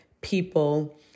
people